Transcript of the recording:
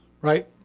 Right